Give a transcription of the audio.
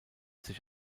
sich